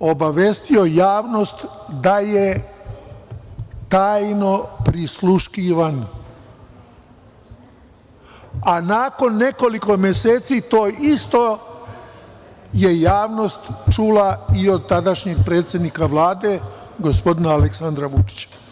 obavestio javnost da je tajno prisluškivan, a nakon nekoliko meseci to isto je javnost čula i od tadašnjeg predsednika Vlade, gospodina Aleksandra Vučića.